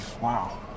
Wow